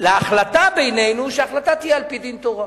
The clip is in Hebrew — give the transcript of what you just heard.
להחלטה בינינו, שההחלטה תהיה על-פי דין תורה.